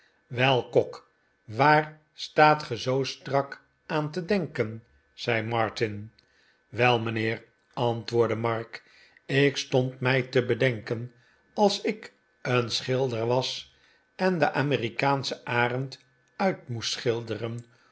kok waar staat ge zoo strak aan te denken zei martin wel mijnheer antwoordde mark ik stond mij te bedenken als ik een schilder was en den anierikaanschen arend uit moest schilderen